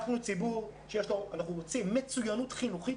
אנחנו רוצים מצוינות חינוכית,